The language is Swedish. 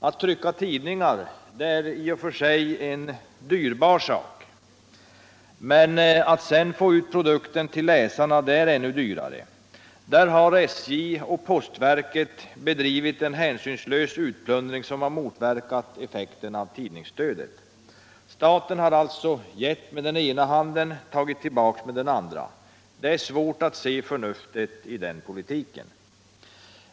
Att trycka tidningar är i och för sig en dyrbar sak, men att sedan få ut dem till läsarna är ännu dyrare. Där har SJ och postverket bedrivit en hänsynslös utplundring som har motverkat effekterna av tidningsstödet. Staten har alltså gett med den ena handen men tagit tillbaka med den andra. Det är svårt att se förnuftet i den politiken.